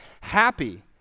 happy